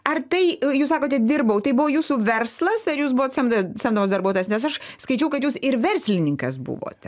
ar tai jūs sakote dirbau tai buvo jūsų verslas ar jūs buvot sam samdomas darbuotojas nes aš skaičiau kad jūs ir verslininkas buvote